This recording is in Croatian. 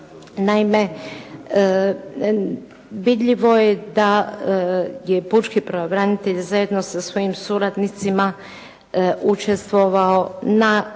Naime, vidljivo je da je pučki pravobranitelj zajedno sa svojim suradnicima učestvovao na